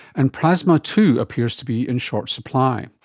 and plasma too appears to be in short supply.